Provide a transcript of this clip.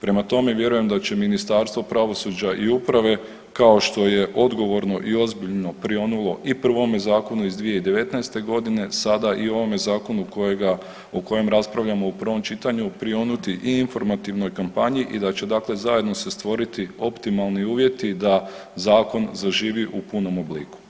Prema tome, vjerujem da će Ministarstvo pravosuđa i uprave kao što je odgovorno i ozbiljno prionulo i prvome zakonu iz 2019. godine sada i u ovome zakonu o kojem raspravljamo u prvom čitanju prionuti i informativnoj kampanji i da će dakle zajedno se stvoriti optimalni uvjeti da zakon zaživi u punom obliku.